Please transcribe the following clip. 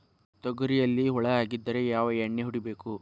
ತೊಗರಿಯಲ್ಲಿ ಹುಳ ಆಗಿದ್ದರೆ ಯಾವ ಎಣ್ಣೆ ಹೊಡಿಬೇಕು?